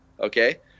Okay